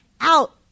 out